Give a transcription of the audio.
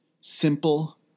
Simple